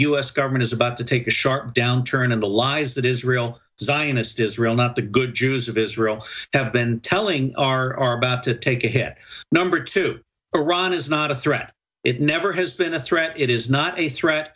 s government is about to take a sharp downturn in the lies that israel zionist israel not the good jews of israel have been telling are about to take a hit number two iran is not a threat it never has been a threat it is not a threat